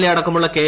A അടക്കമുള്ള K